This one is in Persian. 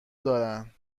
دارن